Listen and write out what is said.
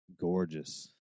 gorgeous